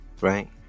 right